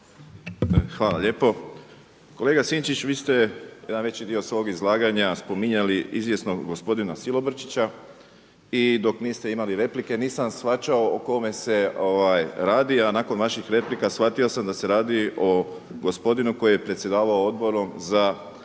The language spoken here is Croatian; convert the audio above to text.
Hvala lijepo. Kolega Sinčić vi ste jedan veći dio svog izlaganja spominjali izvjesnog gospodina Silobrčića i dok niste imali replike nisam shvaćao o kome se radi, a nakon vaših replika shvatio sam da se radi o gospodinu koji je predsjedavao Odborom za etiku